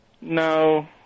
No